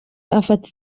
afata